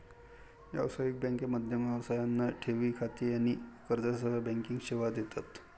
व्यावसायिक बँका मध्यम व्यवसायांना ठेवी खाती आणि कर्जासह बँकिंग सेवा देतात